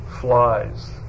flies